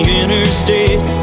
interstate